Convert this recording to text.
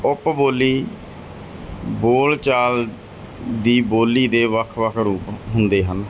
ਉਪ ਬੋਲੀ ਬੋਲ ਚਾਲ ਦੀ ਬੋਲੀ ਦੇ ਵੱਖ ਵੱਖ ਰੂਪ ਹੁੰਦੇ ਹਨ